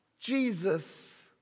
Jesus